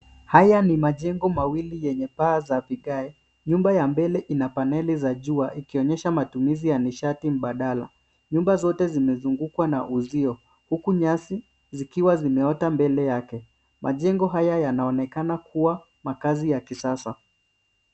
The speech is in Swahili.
Haya ni majengo mawili yenye baa za vigae. Nyumba ya mbele ina paneli za jua ikionyesha matumizi ya nishati mbadala. Nyumba zote zimezungukwa na uzio huku nyasi zikiwa zimeota mbele yake. Majengo haya yanaonekana kuwa makaazi ya kisasa.